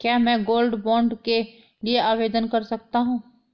क्या मैं gold bond के लिए आवेदन कर सकता हूं?